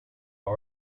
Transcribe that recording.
are